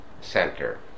Center